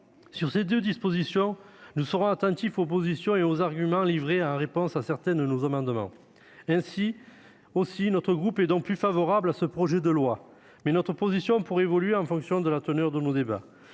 Sur ces deux dispositions, nous serons attentifs aux arguments qui seront avancés en réponse à certains de nos amendements. Si notre groupe est plutôt favorable à ce projet de loi, notre position pourrait évoluer en fonction de la teneur de nos débats.